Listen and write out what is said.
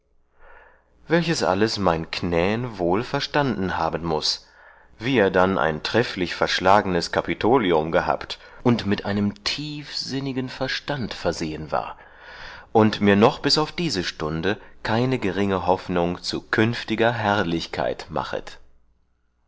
welches alles mein knän wohl verstanden haben muß wie er dann ein trefflich verschlagnes capitolium gehabt und mit einem tiefsinnigen verstand versehen war und mir noch bis auf diese stunde keine geringe hoffnung zu künftiger herrlichkeit machet